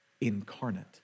incarnate